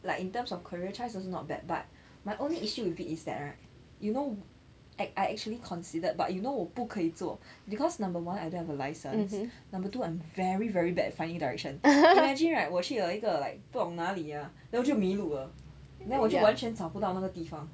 like in terms of career choice also not bad but my only issue with it is that right you know I I actually considered but you know 我不可以做 because number one I don't have a license number two I'm very very bad finding direction imagine right 我是有一个 like 不懂那里 ah 我就迷路了 then 我就完全找不到那个地方